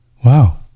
Wow